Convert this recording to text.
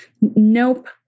Nope